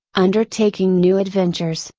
undertaking new adventures,